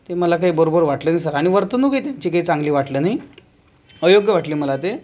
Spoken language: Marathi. ते मला काही बरोबर वाटलेलीच सर आणि वर्तणूकही त्यांची काही चांगली वाटलं नाही अयोग्य वाटली मला ते